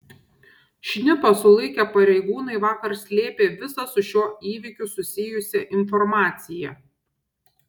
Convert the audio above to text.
šnipą sulaikę pareigūnai vakar slėpė visą su šiuo įvykiu susijusią informaciją